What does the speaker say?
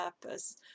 purpose